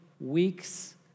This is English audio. weeks